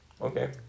Okay